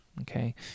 Okay